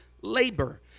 labor